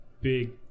big